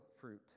fruit